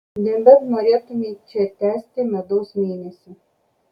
nebent norėtumei čia tęsti medaus mėnesį